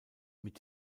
mit